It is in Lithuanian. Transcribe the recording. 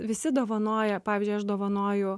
visi dovanoja pavyzdžiui aš dovanoju